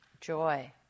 joy